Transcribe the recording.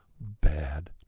bad